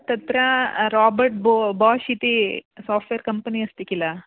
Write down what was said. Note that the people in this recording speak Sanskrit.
तत्र राबर्ट् बो बास् इति साफ़्ट्वेर् कम्पनी अस्ति किल